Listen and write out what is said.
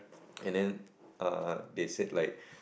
and then uh they said like